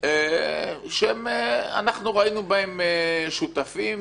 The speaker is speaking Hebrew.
שאנחנו ראינו בהם שותפים.